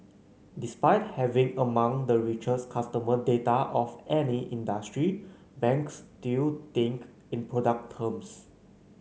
despite having among the richest customer data of any industry banks still think in product terms